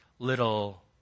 little